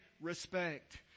respect